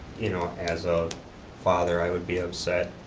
you know as a father, i would be upset,